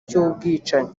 cy’ubwicanyi